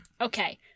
Okay